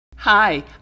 Hi